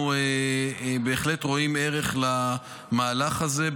אנחנו בהחלט רואים ערך למהלך הזה,